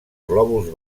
glòbuls